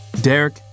Derek